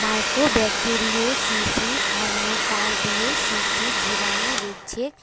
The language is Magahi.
माइकोबैक्टीरियोसिस आर नोकार्डियोसिस जीवाणु रोग छेक